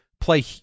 play